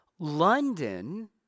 London